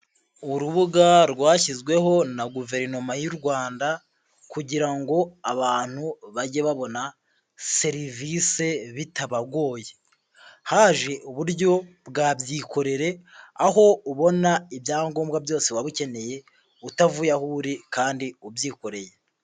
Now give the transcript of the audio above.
Urubuga rwashyizweho na guverinoma y'u Rwanda, kugira ngo abantu bajye babona serivisi bitabagoye, haje uburyo bwa byikorere, aho ubona ibyangombwa byose waba ukeneye utavuye aho uri kandi ubyikoreye.